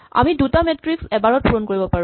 আমি দুটা মেট্ৰিক্স এবাৰত পূৰণ কৰিব পাৰো